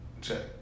Check